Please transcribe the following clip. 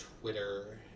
Twitter